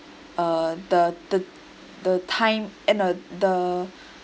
uh the the the time eh no the